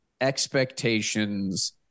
expectations